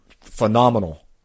phenomenal